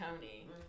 Tony